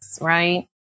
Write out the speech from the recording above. right